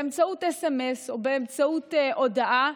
באמצעות סמ"ס או באמצעות הודעה,